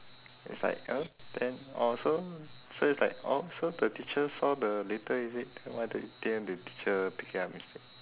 it's like oh then orh so it's like oh so the teacher saw the litter is it then the why didn't the teacher pick it up instead